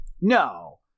No